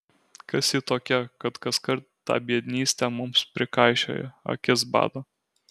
kas ji tokia kad kaskart tą biednystę mums prikaišioja akis bado